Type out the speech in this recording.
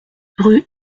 rue